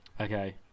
Okay